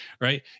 right